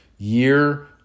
year